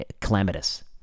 calamitous